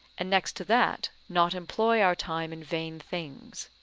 and next to that, not employ our time in vain things.